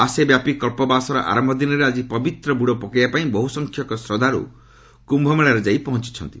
ମାସେ ବ୍ୟାପୀ କଳ୍ପବାସର ଆରମ୍ଭ ଦିନରେ ଆଜି ପବିତ୍ର ବୁଡ଼ ପକାଇବା ପାଇଁ ବହୁ ସଂଖ୍ୟକ ଶ୍ରଦ୍ଧାଳୁ କୁୟମେଳାରେ ଯାଇ ପହଞ୍ଚିଛନ୍ତି